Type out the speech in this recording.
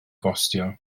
gostio